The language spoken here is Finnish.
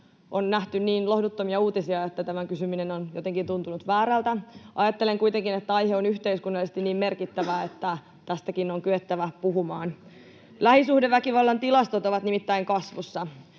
on nähty niin lohduttomia uutisia, että tämän kysyminen on jotenkin tuntunut väärältä. Ajattelen kuitenkin, että aihe on yhteiskunnallisesti niin merkittävä, että tästäkin on kyettävä puhumaan. Lähisuhdeväkivallan tilastot ovat nimittäin kasvussa.